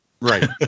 Right